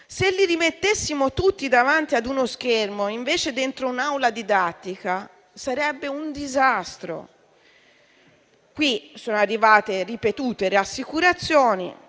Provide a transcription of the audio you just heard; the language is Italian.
se li rimettessimo tutti davanti a uno schermo, invece che dentro un'aula didattica, sarebbe un disastro. Sono arrivate ripetute rassicurazioni